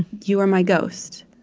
you are my ghost.